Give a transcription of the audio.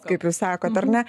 kaip jūs sakot ar ne